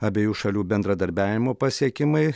abiejų šalių bendradarbiavimo pasiekimai